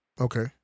Okay